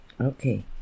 Okay